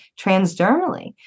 transdermally